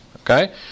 okay